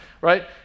right